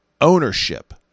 Ownership